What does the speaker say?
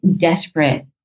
desperate